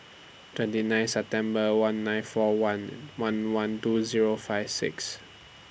twenty nine September one nine four one one one two Zero five six